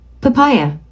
Papaya